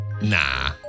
Nah